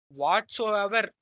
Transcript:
whatsoever